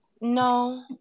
No